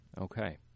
Okay